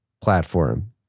platform